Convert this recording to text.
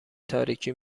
تاریکی